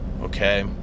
okay